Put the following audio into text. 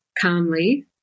calmly